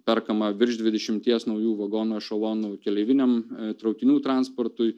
perkama virš dvidešimties naujų vagonų ešelonų keleiviniam traukinių transportui